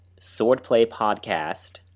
Swordplaypodcast